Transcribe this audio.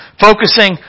Focusing